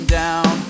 down